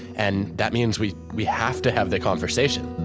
and that means we we have to have the conversation